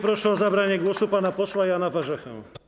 Proszę o zabranie głosu pana posła Jana Warzechę.